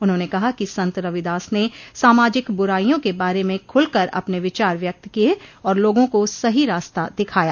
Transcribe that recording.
उन्होंने कहा कि संत रविदास ने सामाजिक बुराइयों के बारे में खुलकर अपने विचार व्यक्त किये और लोगों को सही रास्ता दिखाया